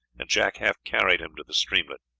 and jack half carried him to the streamlet.